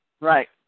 Right